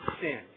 sin